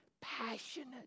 passionate